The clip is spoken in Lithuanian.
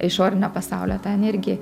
išorinio pasaulio tą energiją